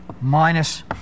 minus